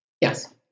Yes